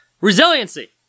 resiliency